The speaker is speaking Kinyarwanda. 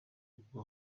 uko